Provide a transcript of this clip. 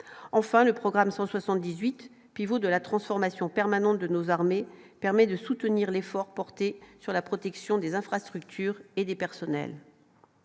enfin, le programme 178, pivot de la transformation permanente de nos armées permet de soutenir l'effort porté sur la protection des infrastructures et des personnels,